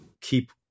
keep